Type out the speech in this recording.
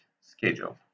schedule